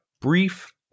brief